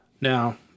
Now